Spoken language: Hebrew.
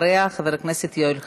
אחריה, חבר הכנסת יואל חסון.